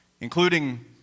including